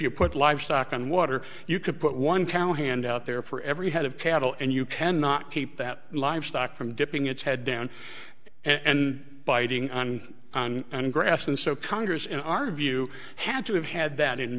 you put livestock on water you could put one town hand out there for every head of cattle and you cannot keep that livestock from dipping its head down and biting on grass and so congress in our view had to have had that in